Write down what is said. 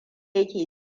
yake